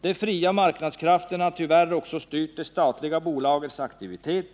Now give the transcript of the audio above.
De fria marknadskrafterna har tyvärr också styrt det statliga bolagets aktivitet.